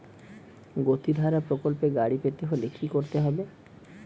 গতিধারা প্রকল্পে গাড়ি পেতে হলে কি করতে হবে?